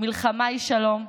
מלחמה היא שלום,